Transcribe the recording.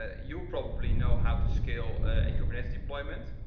ah you probably know how to scale a kubernetes deployment.